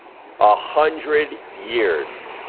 a hundred years.